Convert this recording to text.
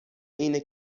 اینه